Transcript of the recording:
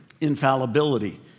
infallibility